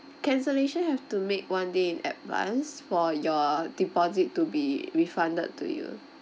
cancellation have to make one day in advance for your deposit to be refunded to you